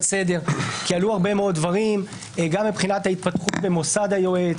סדר כי עלו הרבה מאוד דברים גם מבחינת ההתפתחות במוסד היועץ